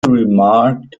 remarked